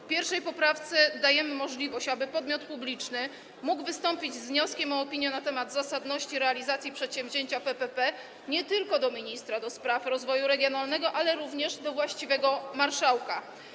W 1. poprawce dajemy możliwość, aby podmiot publiczny mógł wystąpić z wnioskiem o opinię na temat zasadności realizacji przedsięwzięcia PPP nie tylko do ministra do spraw rozwoju regionalnego, ale również do właściwego marszałka.